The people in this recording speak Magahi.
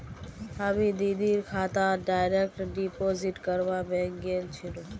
हामी दीदीर खातात डायरेक्ट डिपॉजिट करवा बैंक गेल छिनु